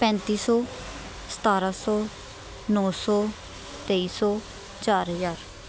ਪੈਂਤੀ ਸੌ ਸਤਾਰ੍ਹਾਂ ਸੌ ਨੌ ਸੌ ਤੇਈ ਸੌ ਚਾਰ ਹਜ਼ਾਰ